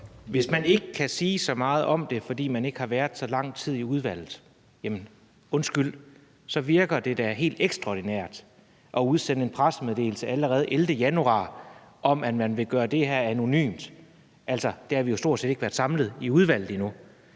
Hvis man ikke kan sige så meget om det, fordi man ikke har været så lang tid i udvalget, jamen undskyld, så virker det da helt ekstraordinært at udsende en pressemeddelelse allerede den 11. januar om, at man vil gøre det her anonymt. Altså, der havde vi jo stort set ikke været samlet i udvalget endnu.